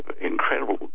incredible